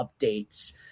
updates